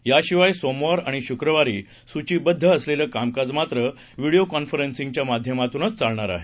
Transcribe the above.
याशिवाय सोमवार आणि शुक्रवारी सूचिबद्ध असलेलं कामकाज मात्र व्हिडिओ कॉन्फरन्सिंगच्या माध्यमातूनच चालणार आहे